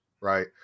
right